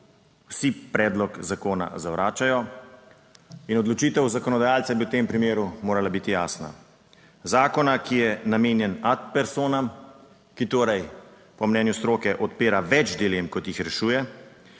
vsi predlog zakona zavračajo. In odločitev zakonodajalca bi v tem primeru morala biti jasna. Zakona, ki je namenjen ad personam, ki torej po mnenju stroke odpira več dilem, kot jih rešuje,